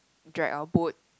drag our boat